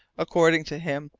according to him,